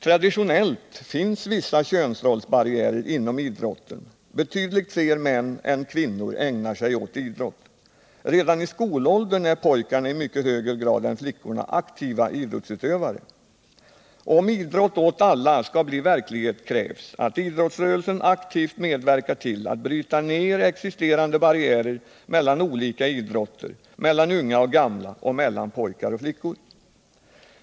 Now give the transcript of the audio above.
Traditionellt finns vissa könsrollsbarriärer inom idrotten. Betydligt fler män än kvinnor ägnar sig åt idrott. Redan i skolåldern är pojkarna i mycket högre grad än flickorna aktiva idrottsutövare. Om ”Idrott åt alla” skall bli verklighet krävs att idrottsrörelsen aktivt medverkar till att bryta ner existerande barriärer mellan olika idrotter, mellan unga och gamla och mellan pojkar och flickor.